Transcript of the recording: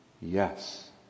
yes